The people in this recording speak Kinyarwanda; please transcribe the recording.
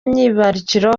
myibarukiro